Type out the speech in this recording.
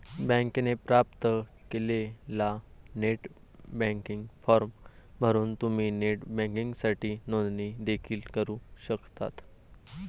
बँकेने प्राप्त केलेला नेट बँकिंग फॉर्म भरून तुम्ही नेट बँकिंगसाठी नोंदणी देखील करू शकता